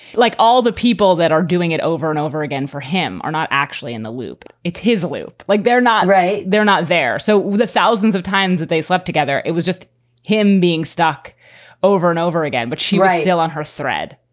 like all the people that are doing it over and over again for him are not actually in the loop. it's his loop. like they're not right. they're not there. so the thousands of times that they slept together, it was just him being stuck over and over again. but she right. still on her thread.